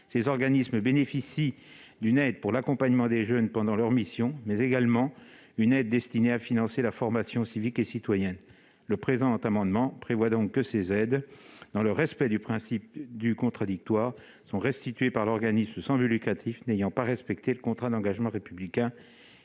Ceux-ci bénéficient d'un aide pour l'accompagnement des jeunes pendant leur mission, mais également d'une aide destinée à financer la formation civique et citoyenne des jeunes. Notre amendement vise donc à ce que ces aides, dans le respect du principe du contradictoire, soient restituées par l'organisme sans but lucratif n'ayant pas respecté le contrat d'engagement républicain